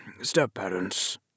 step-parents